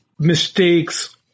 mistakes